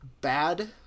bad